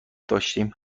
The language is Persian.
داشتیم